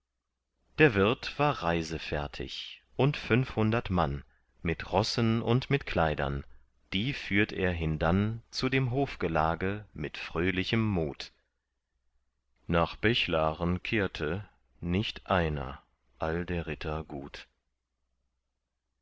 der wirt war reisefertig und fünfhundert mann mit rossen und mit kleidern die führt er hindann zu dem hofgelage mit fröhlichem mut nach bechlaren kehrte nicht einer all der ritter gut